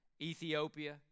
Ethiopia